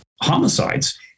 homicides